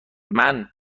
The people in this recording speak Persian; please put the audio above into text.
منم